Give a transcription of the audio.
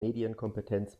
medienkompetenz